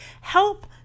help